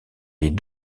les